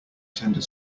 tender